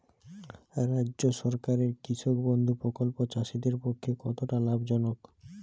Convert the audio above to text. রাজ্য সরকারের কৃষক বন্ধু প্রকল্প চাষীদের পক্ষে কতটা লাভজনক?